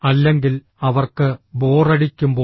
അല്ലെങ്കിൽ അവർക്ക് ബോറടിക്കുമ്പോൾ